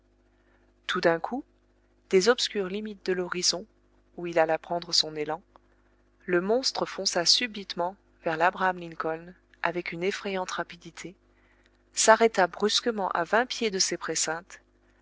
tout d'un coup des obscures limites de l'horizon où il alla prendre son élan le monstre fonça subitement vers labraham lincoln avec une effrayante rapidité s'arrêta brusquement à vingt pieds de ses